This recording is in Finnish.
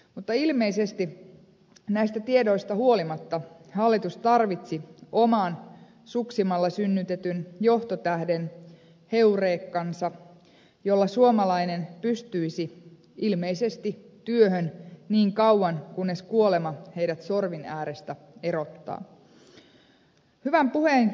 mutta ilmeisesti näistä tiedoista huolimatta hallitus tarvitsi oman suksimalla synnytetyn johtotähden heurekansa jolla suomalainen pystyisi työhön ilmeisesti siihen asti kunnes kuolema hänet sorvin äärestä erottaa